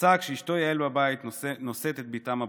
יצא כשאשתו יעל בבית נושאת את בתם הבכורה.